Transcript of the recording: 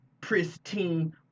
pristine